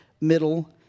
middle